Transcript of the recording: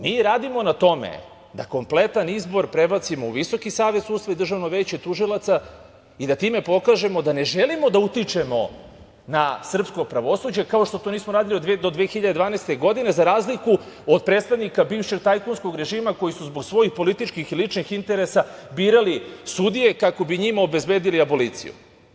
Mi radimo na tome da kompletan izbor prebacimo u Visoki savet sudstva i Državno veće tužilaca i da time pokažemo da ne želimo da utičemo na srpsko pravosuđe, kao što to nismo radili do 2012. godine, za razliku od predstavnika bivšeg tajkunskog režima, koji su zbog svojih političkih i ličnih interesa birali sudije, kako bi njima obezbedili aboliciju.